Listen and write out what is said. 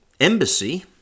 embassy